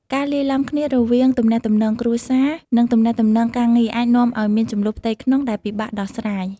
ការលាយឡំគ្នារវាងទំនាក់ទំនងគ្រួសារ និងទំនាក់ទំនងការងារ អាចនាំឲ្យមានជម្លោះផ្ទៃក្នុងដែលពិបាកដោះស្រាយ។